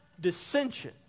dissension